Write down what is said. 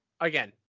again